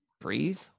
breathe